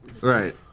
Right